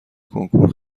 کنکور